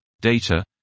data